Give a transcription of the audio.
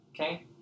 Okay